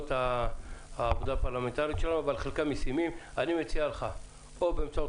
פנינו להתאחדות התעשיינים ולארגוני העסקים כדי